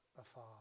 afar